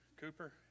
Cooper